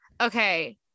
Okay